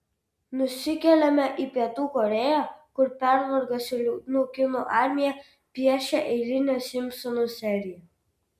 nusikeliame į pietų korėją kur pervargusių liūdnų kinų armija piešia eilinę simpsonų seriją